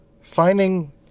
finding